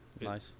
nice